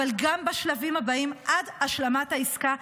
אבל גם בשלבים הבאים עד השלמת העסקה,